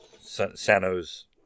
Sano's